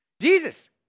Jesus